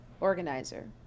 organizer